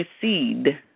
proceed